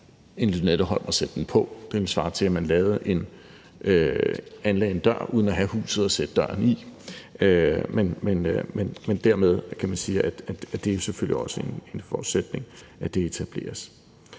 en Lynetteholm at sætte den på. Det ville svare til, at man anlagde en dør uden at have huset at sætte døren i. Dermed kan man sige, at det selvfølgelig også er en forudsætning, at det etableres.